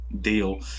deal